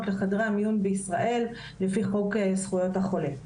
לחדרי המיון בישראל לפי חוק זכויות החולה.